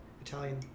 Italian